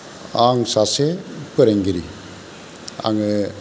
आं सासे फोरोंगिरि आङो